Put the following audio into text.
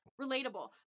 relatable